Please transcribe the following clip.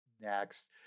next